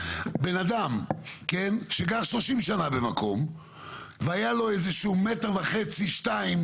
בן אדם שגר 30 שנה במקום והיה לו איזשהו מטר וחצי-שניים